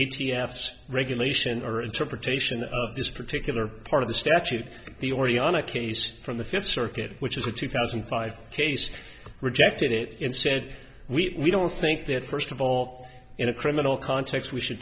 so regulation or interpretation of this particular part of the statute the already on a case from the fifth circuit which is a two thousand and five case rejected it and said we don't think that first of all in a criminal context we should